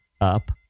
up